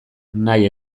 nahi